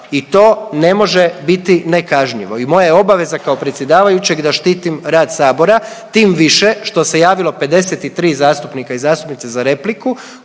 i to ne može biti nekažnjivo i moja je obaveza kao predsjedavajućeg da štitim rad Sabora, tim više što se javilo 53 zastupnika i zastupnica za repliku